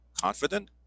confident